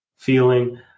feeling